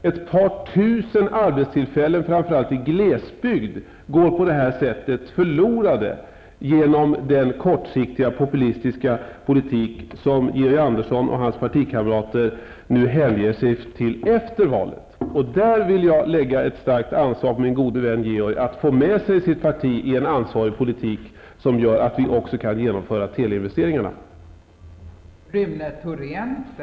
Ett par tusen arbetstillfällen, framför allt i glesbygd, går på detta sätt förlorade genom den kortsiktiga, populistiska politik som Georg Andersson och hans partikamrater hänger sig åt nu efter valet. Där vill jag lägga ett stort ansvar på min gode vän Georg Andersson, så att han får sitt parti att driva en politik som gör att också teleinvesteringarna kan genomföras.